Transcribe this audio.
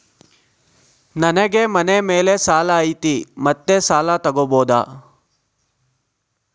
ನನಗೆ ಮನೆ ಮೇಲೆ ಸಾಲ ಐತಿ ಮತ್ತೆ ಸಾಲ ತಗಬೋದ?